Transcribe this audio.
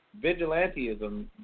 Vigilantism